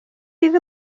sydd